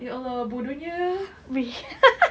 ya allah bodohnya